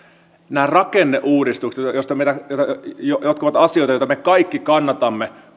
nämä rakenneuudistukset jotka ovat asioita joita me kaikki kannatamme